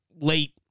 late